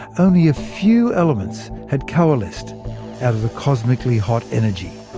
only a few elements had coalesced out of the cosmically hot energy.